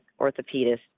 orthopedist